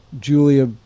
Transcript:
Julia